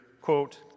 quote